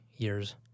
years